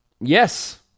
Yes